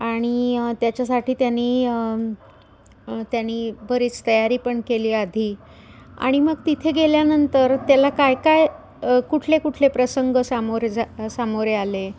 आणि त्याच्यासाठी त्याने त्याने बरीच तयारी पण केली आधी आणि मग तिथे गेल्यानंतर त्याला काय काय कुठले कुठले प्रसंग सामोरे जा सामोरे आले